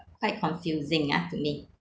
quite confusing ah to me